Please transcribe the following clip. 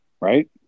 right